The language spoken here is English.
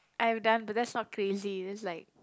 I have done but that's not crazy that's like